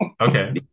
Okay